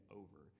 over